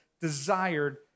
desired